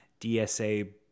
DSA